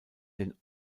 den